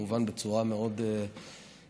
כמובן בצורה מאוד רחבה,